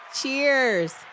cheers